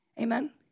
Amen